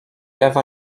ewa